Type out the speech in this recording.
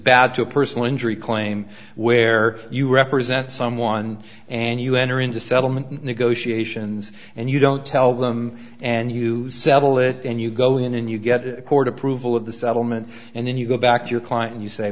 bad to a personal injury claim where you represent someone and you enter into settlement negotiations and you don't tell them and you settle it and you go in and you get a court approval of the settlement and then you go back to your client and you say